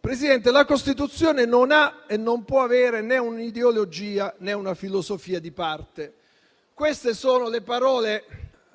Presidente, la Costituzione non ha e non può avere né un'ideologia, né una filosofia di parte»: queste sono le parole